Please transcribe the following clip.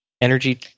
energy